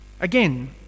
Again